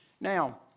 Now